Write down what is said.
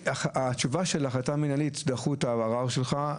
התשובה של ההחלטה המינהלית היא: דחו את הערר שלך.